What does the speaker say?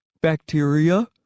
Bacteria